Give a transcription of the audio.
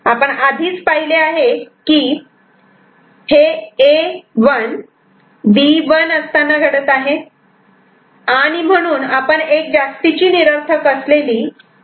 आपण आधीच पाहिले आहे की हे A 1 B 1 असताना घडत आहे आणि म्हणून आपण एक जास्तीची निरर्थक असलेली A